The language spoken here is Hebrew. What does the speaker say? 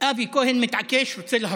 אבי כהן מתעקש, רוצה להרוס.